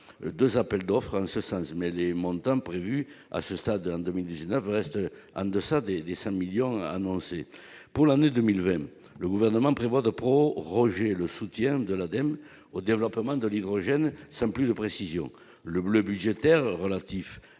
deux appels d'offres en ce sens, mais les montants prévus à ce stade restent en deçà des 100 millions d'euros annoncés. Pour l'année 2020, le Gouvernement prévoit de proroger le soutien de l'Ademe au développement de l'hydrogène, sans plus de précision. Le bleu budgétaire relatif